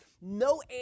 no